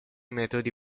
metodi